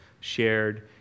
shared